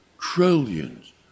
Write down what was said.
trillions